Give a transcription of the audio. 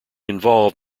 involved